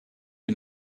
une